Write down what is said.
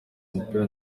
umupira